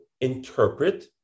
interpret